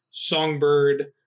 Songbird